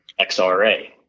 XRA